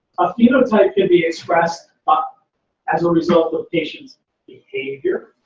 a phenotype can be expressed ah as a result of patient's behavior